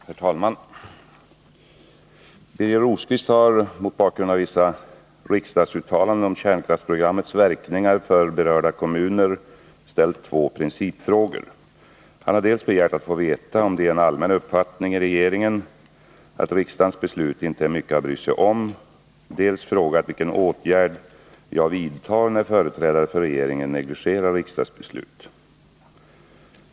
Herr talman! Birger Rosqvist har mot bakgrund av vissa riksdagsuttalanden om kärnkraftsprogrammets verkningar för berörda kommuner ställt två principfrågor. Han har dels begärt att få veta om det är en allmän uppfattning i regeringen att riksdagens beslut inte är mycket att bry sig om, dels frågat vilken åtgärd jag vidtar när företrädare för regeringen negligerar riksdagsbeslut.